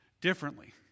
differently